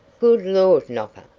good lord, nopper,